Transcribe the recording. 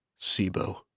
Sibo